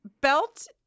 Belt